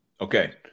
Okay